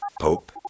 Pope